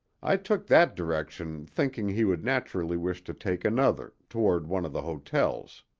i took that direction thinking he would naturally wish to take another, toward one of the hotels.